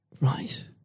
Right